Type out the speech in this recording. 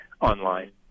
online